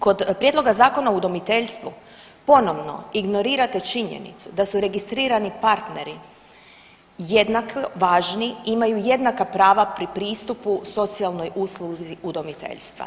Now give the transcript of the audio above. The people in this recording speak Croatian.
Kod Prijedloga zakona o udomiteljstvu ponovno ignorirate činjenicu da su registrirani partneri jednako važni, imaju jednaka prava pri pristupu socijalnoj usluzi udomiteljstva.